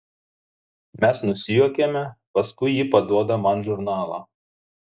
mes nusijuokiame paskui ji paduoda man žurnalą